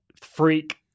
freak